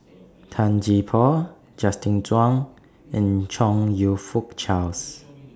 Tan Gee Paw Justin Zhuang and Chong YOU Fook Charles